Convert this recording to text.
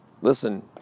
listen